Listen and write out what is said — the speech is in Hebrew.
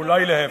אולי להיפך.